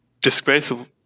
disgraceful